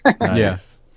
Yes